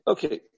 Okay